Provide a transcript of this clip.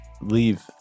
leave